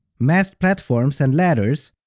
masked platforms and ladders?